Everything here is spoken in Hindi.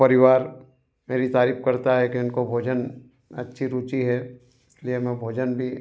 परिवार मेरी तारीफ करता है कि उनकाे भोजन अच्छी रुचि है इसलिए मैं भोजन भी